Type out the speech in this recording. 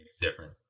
different